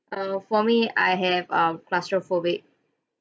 err for me I have um claustrophobic